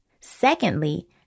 Secondly